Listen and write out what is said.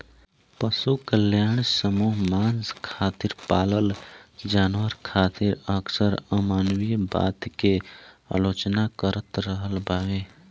पशु कल्याण समूह मांस खातिर पालल जानवर खातिर अक्सर अमानवीय बता के आलोचना करत रहल बावे